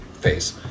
face